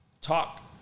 talk